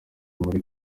muri